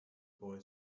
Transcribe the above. boy